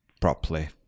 properly